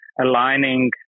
aligning